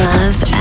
Love